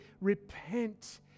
repent